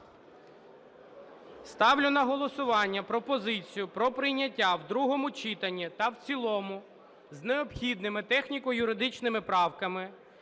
Ставлю на голосування пропозицію про прийняття в другому читанні та в цілому з необхідними техніко-юридичними правками